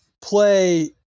play